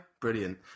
Brilliant